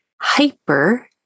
hyper